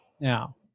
Now